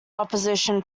opposition